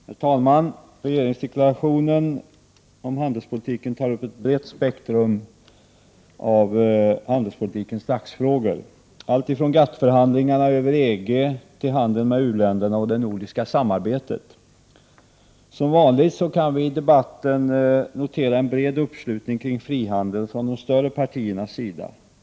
Herr talman! Regeringsdeklarationen om handelspolitiken tar upp ett brett spektrum av handelspolitikens dagsfrågor, alltifrån GATT-förhandlingarna och EG till handel med u-länderna och det nordiska samarbetet. Vi kan som vanligt i debatten notera en bred uppslutning kring frihandeln från de större partiernas sida.